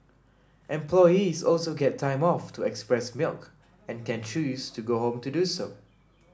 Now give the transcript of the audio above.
employees also get time off to express milk and can choose to go home to do so